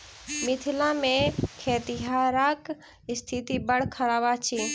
मिथिला मे खेतिहरक स्थिति बड़ खराब अछि